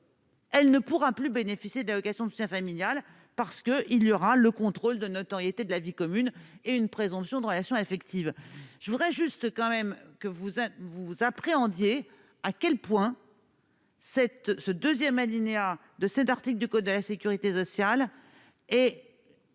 Elle ne pourra plus bénéficier de l'allocation de soutien familial parce que il y aura le contrôle de notoriété de la vie commune et une présomption de relation affective, je voudrais juste quand même que vous êtes vous appréhende yé à quel point. Cette ce 2ème alinéa de cet article du code de la sécurité sociale et